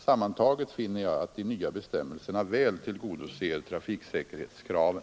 Sammantaget finner jag att de nya bestämmelserna väl tillgodoser trafiksäkerhetskraven.